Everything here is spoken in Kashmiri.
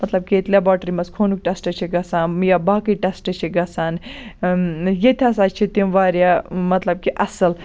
مَطلَب کہِ ییٚتہِ لیبارٹرٛی مَنٛز خوٗنُک ٹیٚسٹہٕ چھُ گَژھان یا باقٕے ٹیٚسٹہٕ چھِ گَژھان ییٚتہِ ہَسا چھِ تِم واریاہ مَطلَب کہِ اَصٕل